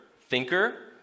thinker